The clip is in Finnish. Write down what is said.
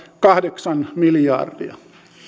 kahdeksan miljardia